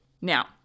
Now